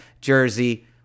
jersey